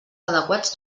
adequats